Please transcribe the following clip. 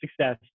success